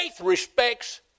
respects